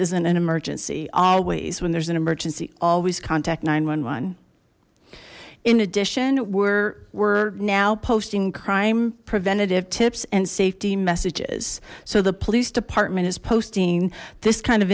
isn't an emergency always when there's an emergency always contact nine hundred in addition were we're now posting crime preventative tips and safety messages so the police department is posting this kind of